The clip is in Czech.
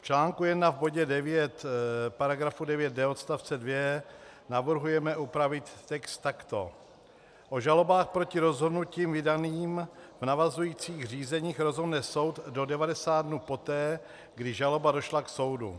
V článku 1 v bodě 9 § 9d odst. 2 navrhujeme upravit text takto: O žalobách proti rozhodnutím vydaným v navazujících řízeních rozhodne soud do 90 dnů poté, kdy žaloba došla k soudu.